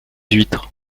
huîtres